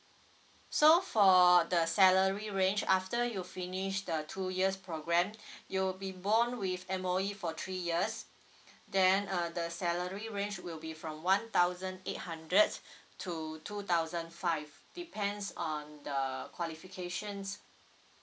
so for the salary range after you finish the two years programme you'll be bond with M_O_E for three years then uh the salary range will be from one thousand eight hundred to two thousand five depends on the qualification